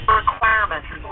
requirements